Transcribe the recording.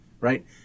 right